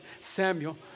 Samuel